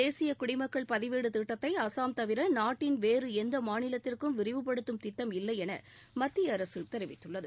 தேசிய குடிமக்கள் பதிவேடு திட்டத்தை அசாம் தவிர நாட்டின் வேறு எந்த மாநிலத்திற்கும் விரிவுபடுத்தும் திட்டம் இல்லை என மத்திய அரசு தெரிவித்துள்ளது